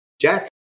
Jack